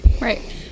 right